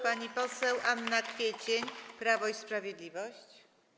Pani poseł Anna Kwiecień, Prawo i Sprawiedliwość.